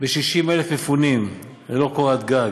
ב-60,000 מפונים ללא קורת גג.